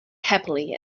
happily